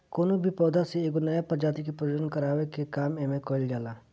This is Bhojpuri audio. कवनो भी पौधा से एगो नया प्रजाति के प्रजनन करावे के काम एमे कईल जाला